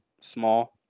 small